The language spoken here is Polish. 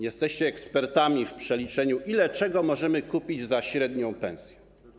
Jesteście ekspertami w przeliczeniu, ile czego możemy kupić za średnią pensję.